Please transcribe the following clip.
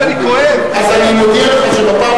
אבל אתה לא נואם פה עכשיו.